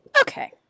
Okay